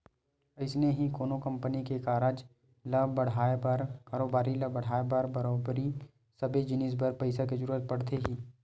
अइसने ही कोनो कंपनी के कारज ल बड़हाय बर कारोबारी ल बड़हाय बर बरोबर सबे जिनिस बर पइसा के जरुरत पड़थे ही